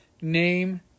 Name